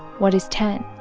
what is ten?